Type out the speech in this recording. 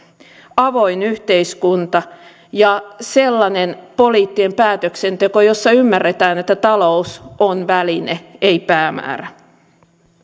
avoin yhteiskunta ja sellainen poliittinen päätöksenteko jossa ymmärretään että talous on väline ei päämäärä